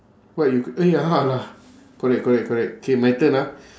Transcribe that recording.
what you eh ya lah correct correct correct K my turn ah